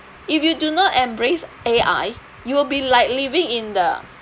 if you do not embrace A_I you will be like living in the